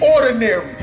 ordinary